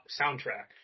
soundtrack